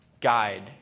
guide